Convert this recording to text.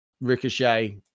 Ricochet